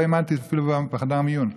לא האמנתי, אפילו בחדר מיון.